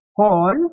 call